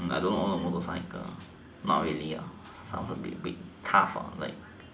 I don't want to a motorcycle not really sounds a bit weird cars are what I like